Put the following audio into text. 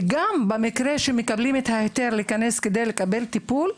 ובמקרה שכבר יש היתר להיכנס ולקבל כאן טיפול,